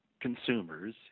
consumers